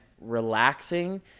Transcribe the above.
relaxing